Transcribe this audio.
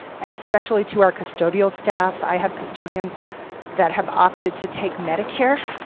and especially to our custodial staff. i have custodians that have opted to take medicare.